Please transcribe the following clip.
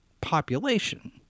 population